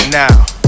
now